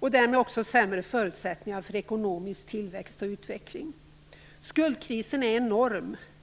och därmed också sämre förutsättningar för ekonomisk tillväxt och utveckling. Skuldkrisen är enorm.